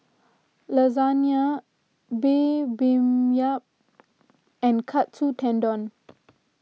Lasagne Bibimbap and Katsu Tendon